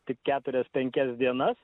tik keturias penkias dienas